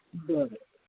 बरं